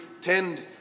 tend